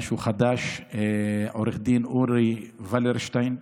משהו חדש, עורך דין אורי ולרשטיין,